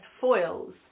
foils